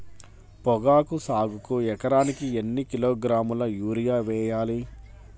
పొగాకు సాగుకు ఎకరానికి ఎన్ని కిలోగ్రాముల యూరియా వేయాలి?